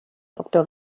doktor